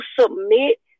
submit